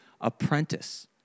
apprentice